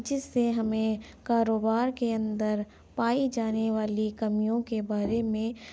جس سے ہمیں کاروبار کے اندر پائی جانے والی کمیوں کے بارے میں